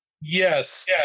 Yes